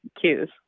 cues